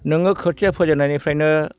नोङो खोथिया फोजेन्नायनिफ्रायनो